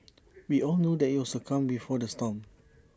we all know that IT was the calm before the storm